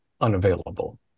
unavailable